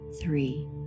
three